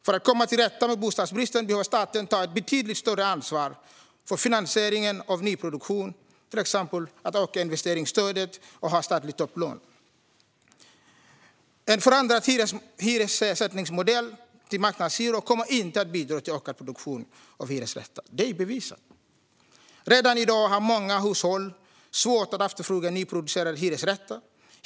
För att komma till rätta med bostadsbristen behöver staten ta ett betydligt större ansvar för finansieringen av nyproduktion, exempelvis genom att öka investeringsstöd och erbjuda statliga topplån. En förändrad hyressättningsmodell med marknadshyror kommer inte att bidra till ökad produktion av hyresrätter. Det är bevisat. Redan i dag har många hushåll svårt att efterfråga nyproducerade hyresrätter.